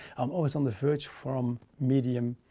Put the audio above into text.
i'm always on the verge from medium,